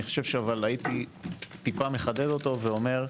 אבל הייתי טיפה מחדד אותו ואומר: